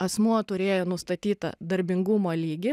asmuo turėjo nustatytą darbingumo lygį